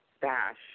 dash